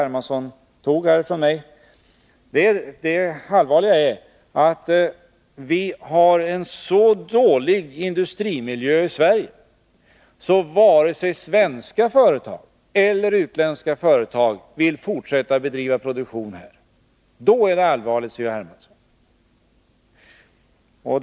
Hermansson här anförde av mig -— vi i Sverige har en så dålig industrimiljö att varken svenska eller utländska företag vill fortsätta att här bedriva produktion. Då är det allvarligt, C.-H. Hermansson!